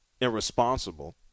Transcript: irresponsible